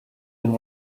and